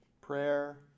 Prayer